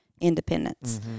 independence